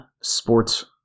sports